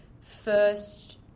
first